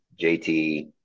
JT